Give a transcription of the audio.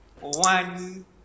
One